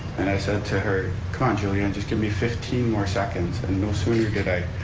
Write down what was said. and i said to her, come on julianne, just give me fifteen more seconds, and and no sooner did i